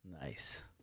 nice